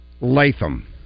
Latham